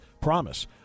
Promise